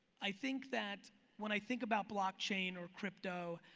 i think that when i think about block chain or crypto,